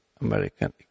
American